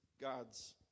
God's